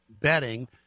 betting